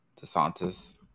DeSantis